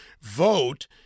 vote